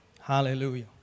Hallelujah